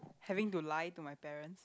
having to lie to my parents